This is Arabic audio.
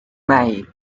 معي